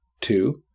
Two